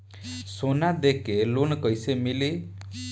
सोना दे के लोन कैसे मिली?